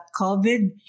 COVID